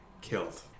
killed